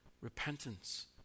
repentance